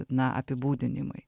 na apibūdinimai